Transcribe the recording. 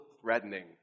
threatening